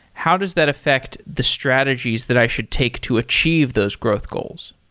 how does that affect the strategies that i should take to achieve those growth goals?